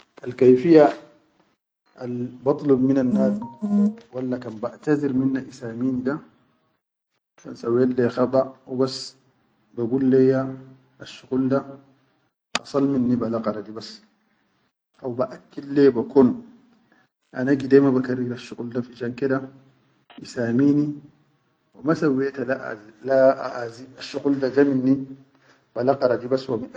Al kayfiya al batlum minal nadum da walla kan baʼataziri isamini da kan sawwet leyya hubas bagul leyya asshuqul da asal min bile khadari bas, haw ba akil leya be kon ana gide ba bikarribal finshan ke da isamini wa ma sawweta le aʼazi a shuqul da ja minni bala qadari bas.